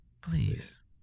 please